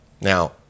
Now